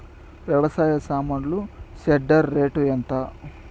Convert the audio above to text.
వ్యవసాయ సామాన్లు shredder rate ఎంత?